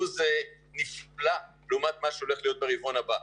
זה נפלא לעומת מה שהולך להיות ברבעון הבא.